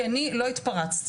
כי אני לא התפרצתי,